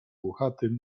włochatym